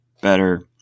better